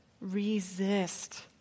Resist